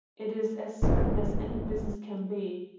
it is as certain as any business can be.